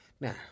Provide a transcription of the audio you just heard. Now